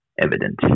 evident